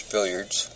Billiards